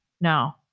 no